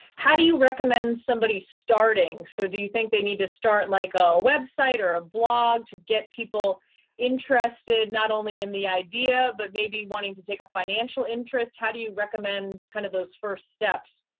how do you recommend somebody starting? so do you think they need to start like a website or a blog to get people interested, not only in the idea, but maybe wanting to take a financial interest? how do you recommend kind of those first steps?